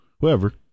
whoever